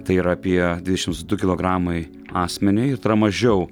tai yra apie dvidešimts du kilogramai asmeniui ir tai yra mažiau